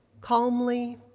calmly